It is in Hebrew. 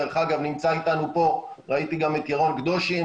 דרך אגב, נמצא איתנו פה, ראיתי גם את ירון קדושים,